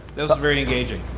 this was very engaging.